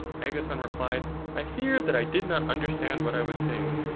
agathon replied i fear that i did not understand what i was saying.